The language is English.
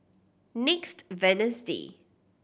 next Wednesday